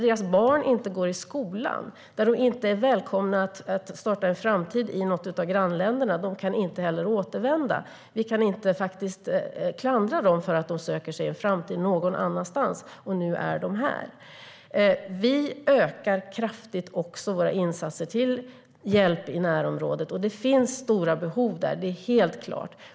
Deras barn går inte i skola, de är inte välkomna att starta en framtid i något av grannländerna, och de kan inte heller återvända. Vi kan inte klandra dem för att de söker sig en framtid någon annanstans, och nu är de här. Vi ökar kraftigt våra insatser till hjälp i närområdet. Det finns stora behov där; det är helt klart.